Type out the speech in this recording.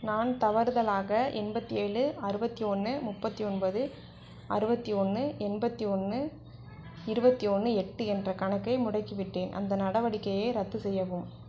நான் தவறுதலாக எண்பத்து ஏழு அறுபத்தி ஒன்று முப்பத்து ஒன்பது அறுபத்தி ஒன்று எண்பத்து ஒன்று இருபத்தி ஒன்று எட்டு என்ற கணக்கை முடக்கிவிட்டேன் அந்த நடவடிக்கையை ரத்து செய்யவும்